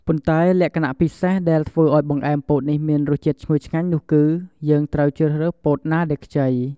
ប៉ុន្តែ លក្ខណៈពិសេសដែលធ្វើឱ្យបង្អែមពោតនេះមានរសជាតិឈ្ងុយឆ្ងាញ់នោះគឺ យើងត្រូវជ្រើសរើសពោតណាដែលខ្ចី។